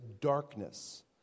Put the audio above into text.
darkness